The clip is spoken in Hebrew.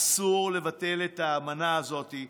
אסור לבטל את האמנה הזאת.